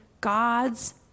God's